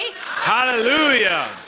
Hallelujah